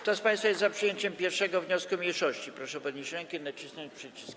Kto z państwa jest za przyjęciem 1. wniosku mniejszości, proszę podnieść rękę i nacisnąć przycisk.